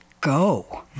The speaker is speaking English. Go